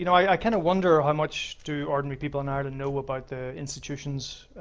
you know i kinda wonder, how much do ordinary people in ireland know about the institutions?